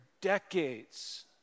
decades